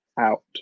Out